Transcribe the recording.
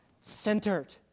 centered